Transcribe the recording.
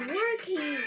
working